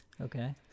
okay